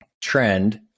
trend